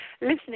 listening